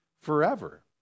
forever